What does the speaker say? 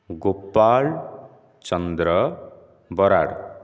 Gopal Chandra Barad